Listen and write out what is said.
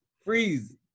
Freeze